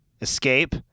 escape